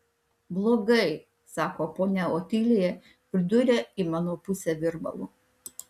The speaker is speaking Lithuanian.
blogai sako ponia otilija ir duria į mano pusę virbalu